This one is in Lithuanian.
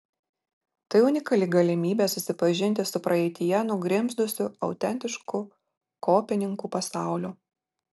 tai unikali galimybė susipažinti su praeityje nugrimzdusiu autentišku kopininkų pasauliu